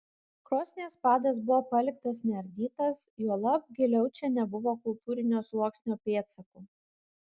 krosnies padas buvo paliktas neardytas juolab giliau čia nebuvo kultūrinio sluoksnio pėdsakų